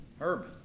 Herb